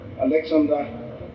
Alexander